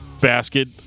basket